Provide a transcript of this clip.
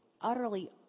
utterly